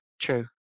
True